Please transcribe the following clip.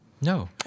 No